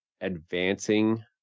advancing